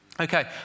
Okay